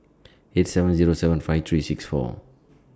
eight seven Zero seven five three six four